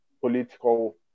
political